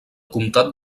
comtat